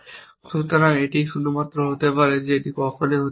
সুতরাং এটি শুধুমাত্র হতে পারে যে এটি কখনই হতে পারে না